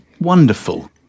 wonderful